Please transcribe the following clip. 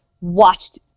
watched